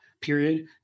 period